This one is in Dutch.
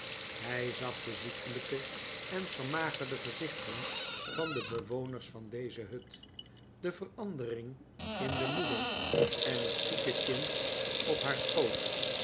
hij zag de ziekelijke en vermagerde gezichten van de bewoners van deze hut de verandering in de moeder en het zieke kind op haar schoot